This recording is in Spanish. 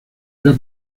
era